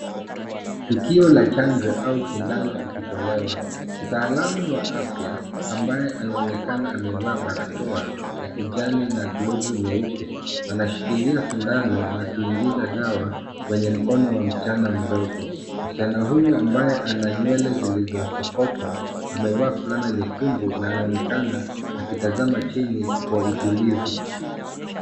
Tukio la chanjo au sindano ikitolewa. Mtaalamu wa afya ambaye anaonekana amevaa barakoa ya kijani na glovu nyeupe anashikilia sindano na kuingiza dawa kwenye mkono wa msichana mdogo. Msichana huyo ambaye ana nywele zilizosoktwa amevaa fulana nyekundu na anaonekana akitazama chini kwa utulivu.